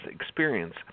experience